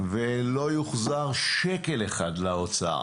ושלא יוחזר שקל אחד לאוצר.